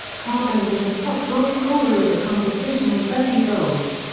carbone was the top goalscorer of the competition with thirty goals.